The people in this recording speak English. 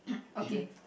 okay